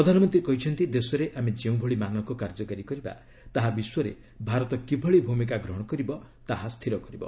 ପ୍ରଧାନମନ୍ତ୍ରୀ କହିଛନ୍ତି ଦେଶରେ ଆମେ ଯେଉଁଭଳି ମାନକ କାର୍ଯ୍ୟକାରୀ କରିବା ତାହା ବିଶ୍ୱରେ ଭାରତ କିଭଳି ଭୂମିକା ଗ୍ରହଣ କରିବ ତାହା ସ୍ଥିର କରିବ